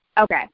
Okay